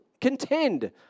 Contend